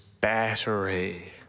battery